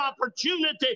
opportunity